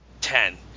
ten